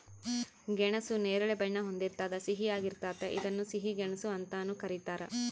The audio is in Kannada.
ಗೆಣಸು ನೇರಳೆ ಬಣ್ಣ ಹೊಂದಿರ್ತದ ಸಿಹಿಯಾಗಿರ್ತತೆ ಇದನ್ನ ಸಿಹಿ ಗೆಣಸು ಅಂತಾನೂ ಕರೀತಾರ